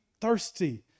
thirsty